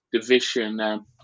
division